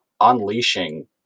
unleashing